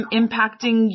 impacting